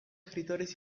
escritores